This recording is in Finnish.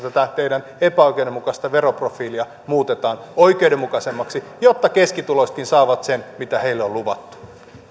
tätä teidän epäoikeudenmukaista veroprofiilianne muutetaan oikeudenmukaisemmaksi jotta keskituloisetkin saavat sen mitä heille on luvattu